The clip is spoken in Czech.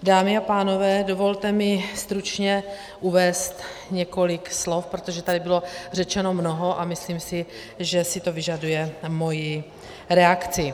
Dámy a pánové, dovolte mi stručně uvést několik slov, protože tady bylo řečeno mnoho a myslím si, že si to vyžaduje moji reakci.